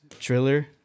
Triller